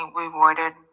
rewarded